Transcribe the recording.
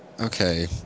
Okay